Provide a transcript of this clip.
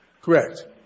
Correct